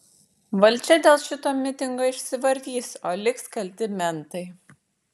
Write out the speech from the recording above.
valdžia dėl šito mitingo išsivartys o liks kalti mentai